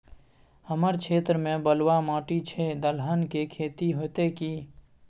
हमर क्षेत्र में बलुआ माटी छै, दलहन के खेती होतै कि?